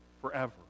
forever